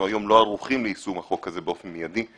אנחנו לא ערוכים ליישום החוק הזה באופן מיידי.